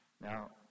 Now